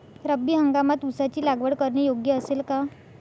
रब्बी हंगामात ऊसाची लागवड करणे योग्य असेल का?